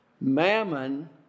Mammon